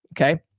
okay